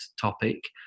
topic